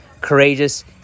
courageous